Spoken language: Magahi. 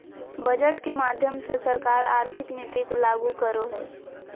बजट के माध्यम से सरकार आर्थिक नीति लागू करो हय